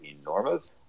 enormous